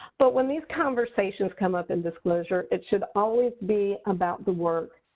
but when these conversations come up in disclosure, it should always be about the work.